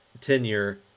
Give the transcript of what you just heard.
tenure